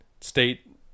state